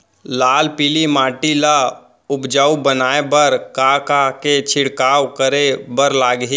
लाल पीली माटी ला उपजाऊ बनाए बर का का के छिड़काव करे बर लागही?